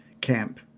camp